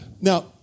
Now